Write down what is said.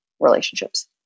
relationships